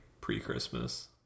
pre-Christmas